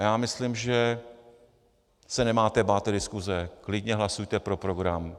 Já myslím, že se nemáte bát té diskuse, klidně hlasujte pro program.